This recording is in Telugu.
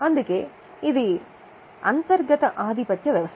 అందుకే ఇది నిజంగా అంతర్గత ఆధిపత్య వ్యవస్థ